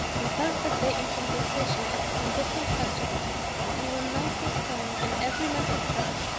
we passed that day in conversation upon indifferent subjects and when night was come and every man had supped,